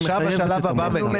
עכשיו השלב הבא מגיע.